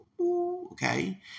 Okay